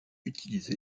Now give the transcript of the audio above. utilisé